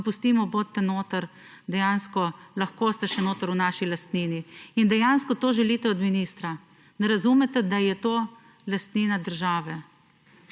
vam pustimo, bodite notri, dejansko lahko ste še notri v naši lastnini. Dejansko to želite od ministra. Ne razumete, da je to lastnina države.